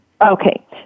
Okay